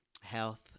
health